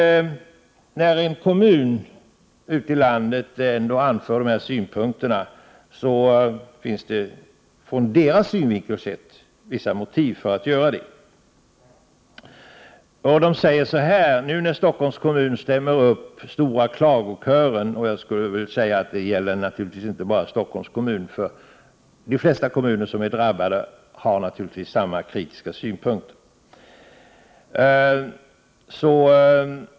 När en kommun ute i landet ändå anför de här synpunkterna finns det vissa motiv för att göra det från deras synvinkel sett. Man menar att Stockholms kommun nu stämmer upp stora klagokörer — det gäller naturligtvis inte bara Stockholms kommun; de flesta kommuner som är drabbade har naturligtvis samma kritiska synpunkter.